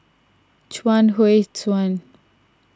Chuang Hui Tsuan